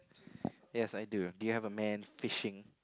yes I do do you have man fishing